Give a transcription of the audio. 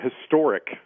historic